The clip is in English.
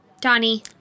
Donnie